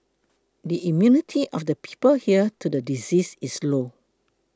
the immunity of the people here to the disease is low